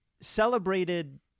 celebrated